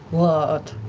what?